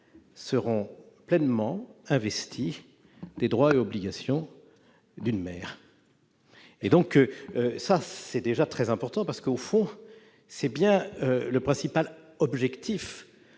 seront pleinement investies des droits et obligations d'une mère. C'est déjà très important, car tel est bien le principal objectif